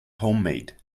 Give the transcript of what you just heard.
homemade